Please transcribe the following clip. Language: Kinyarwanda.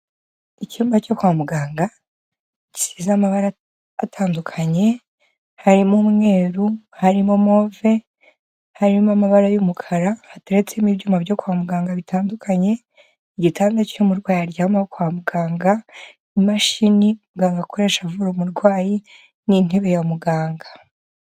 Icyumba cyo kwa muganga gisize amabara atandukanye, harimo umweru, harimo move, harimo amabara y'umukara, hateretsemo ibyuma byo kwa muganga bitandukanye, igitanda cy'umurwayi aryamaho kwa muganga, imashini muganga akoresha avura umurwayi n'intebe ya muganga.